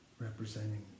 representing